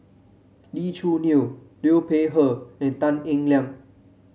Lee Choo Neo Liu Peihe and Tan Eng Liang